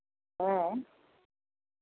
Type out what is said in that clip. ᱦᱮᱸ